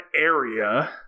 area